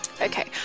Okay